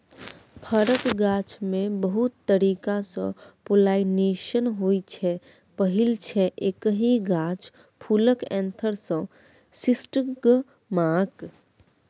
फरक गाछमे बहुत तरीकासँ पोलाइनेशन होइ छै पहिल छै एकहि गाछ फुलक एन्थर सँ स्टिगमाक